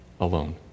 alone